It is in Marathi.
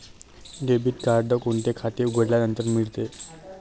डेबिट कार्ड कोणते खाते उघडल्यानंतर मिळते?